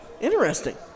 Interesting